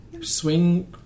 swing